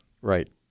Right